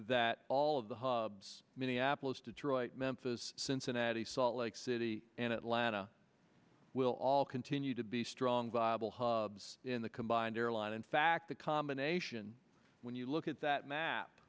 that all of the hubs minneapolis detroit memphis cincinnati salt lake city and atlanta will all continue to be strong viable hubs in the combined airline in fact the combination when you look at that map